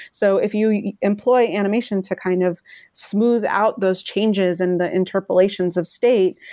so if you employ animation to kind of smooth out those changes and the interpolations of state,